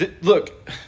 Look